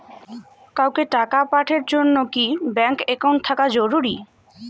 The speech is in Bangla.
কাউকে টাকা পাঠের জন্যে কি ব্যাংক একাউন্ট থাকা জরুরি?